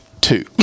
two